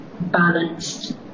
balanced